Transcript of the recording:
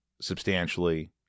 substantially